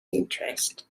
interest